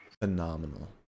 phenomenal